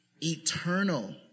eternal